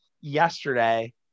yesterday